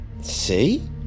See